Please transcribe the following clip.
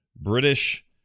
British